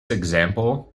example